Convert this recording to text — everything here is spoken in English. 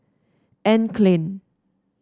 Anne Klein